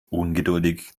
ungeduldig